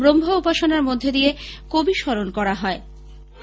ব্রহ্ম উপাসনার মধ্য দিয়ে কবি স্মরণ করা হয়